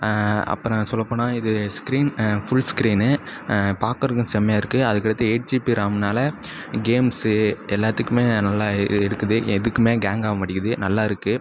அப்புறம் சொல்ல போனால் இது ஸ்க்ரீன் ஃபுல் ஸ்க்ரீனு பார்க்குறதுக்கும் செமையாக இருக்குது அதுக்கடுத்து எயிட் ஜிபி ரேம்னால் கேம்ஸு எல்லாத்துக்குமே நல்லா இருக்குது எதுக்குமே கேங் ஆக மாட்டேங்குது நல்லாயிருக்கு